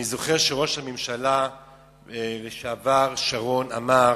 אני זוכר שראש הממשלה לשעבר שרון אמר